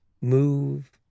move